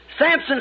Samson